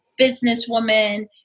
businesswoman